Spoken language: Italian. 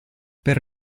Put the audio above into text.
per